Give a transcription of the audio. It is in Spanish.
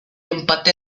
empate